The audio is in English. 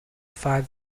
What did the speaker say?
five